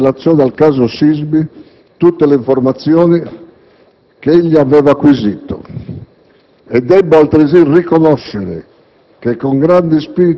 fornendogli in relazione al caso SISMI tutte le informazioni che egli aveva acquisito; e debbo altresì riconoscere